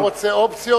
העם רוצה אופציות,